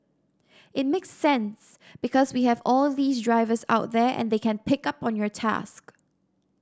it makes sense because we have all these drivers out there and they can pick up on your task